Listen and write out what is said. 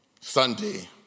Sunday